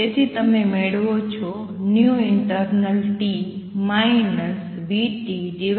તેથી તમે મેળવો છો internalt vtwave clockt